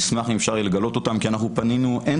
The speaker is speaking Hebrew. אני אשמח אם אפשר יהיה לגלות אותם כי אנחנו פנינו אין